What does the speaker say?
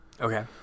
okay